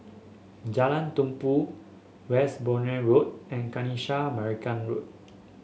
Jalan Tumpu Westbourne Road and Kanisha Marican Road